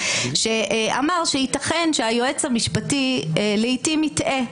שאמר שייתכן שהיועץ המשפטי לעתים יטעה,